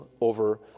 over